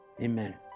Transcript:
amen